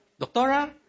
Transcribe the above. Doctora